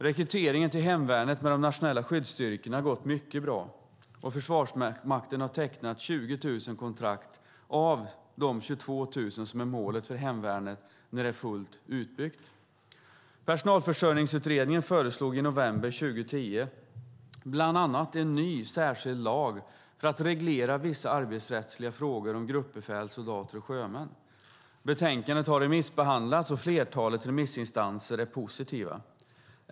Rekrytering till hemvärnet med de nationella skyddsstyrkorna har gått mycket bra, och Försvarsmakten har tecknat 20 000 kontrakt av de 22 000 som är målet för hemvärnet när det är fullt utbyggt. Personalförsörjningsutredningen föreslog i november 2010 bland annat en ny särskild lag för att reglera vissa arbetsrättsliga frågor om gruppbefäl, soldater och sjömän. Betänkandet har remissbehandlats, och flertalet remissinstanser är positiva.